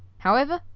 however,